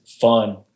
fun